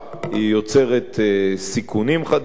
היא יוצרת סיכונים חדשים,